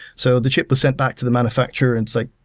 so the chip was sent back to the manufacture and it's like,